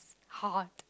hard